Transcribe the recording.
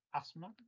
asthma